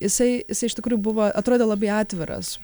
jisai iš tikrųjų buvo atrodė labai atviras